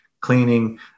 cleaning